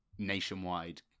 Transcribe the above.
nationwide